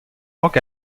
orgues